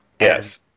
Yes